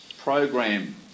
program